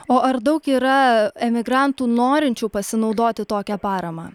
o ar daug yra emigrantų norinčių pasinaudoti tokia parama